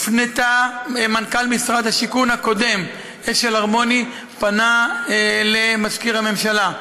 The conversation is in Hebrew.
מנכ"ל משרד השיכון הקודם אשל ארמוני פנה למזכיר הממשלה,